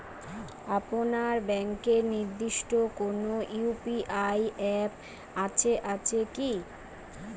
আপনার ব্যাংকের নির্দিষ্ট কোনো ইউ.পি.আই অ্যাপ আছে আছে কি?